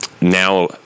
now